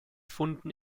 funden